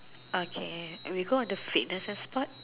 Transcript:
okay we go into the fitness part